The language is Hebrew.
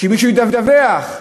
שמישהו ידווח,